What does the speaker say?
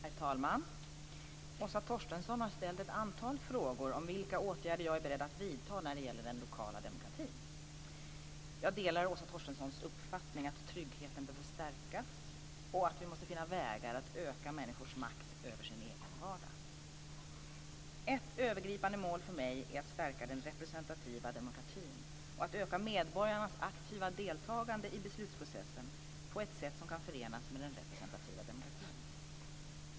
Herr talman! Åsa Torstensson har ställt ett antal frågor om vilka åtgärder jag är beredd att vidta när det gäller den lokala demokratin. Jag delar Åsa Torstenssons uppfattning att tryggheten behöver stärkas och att vi måste finna vägar att öka människors makt över sin egen vardag. Ett övergripande mål för mig är att stärka den representativa demokratin och att öka medborgarnas aktiva deltagande i beslutsprocessen på ett sätt som kan förenas med den representativa demokratin.